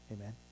Amen